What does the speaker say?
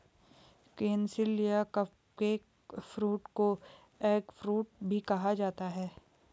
canistel या cupcake fruit को eggfruit भी कहा जाता है